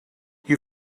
you